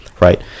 Right